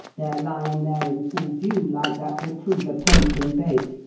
their lying there in full view like that will prove a tempting bait,